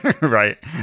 Right